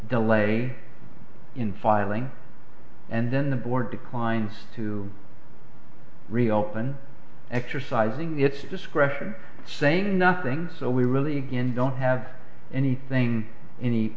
delay in filing and then the board declines to reopen exercising its discretion saying nothing so we really don't have anything any